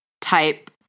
type